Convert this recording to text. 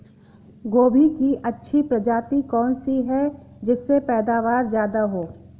गोभी की अच्छी प्रजाति कौन सी है जिससे पैदावार ज्यादा हो?